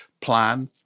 plan